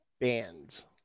bands